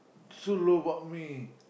so low about me